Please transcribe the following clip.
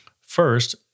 First